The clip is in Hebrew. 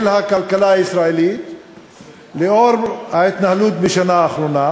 הכלכלה הישראלית לאור ההתנהלות בשנה האחרונה.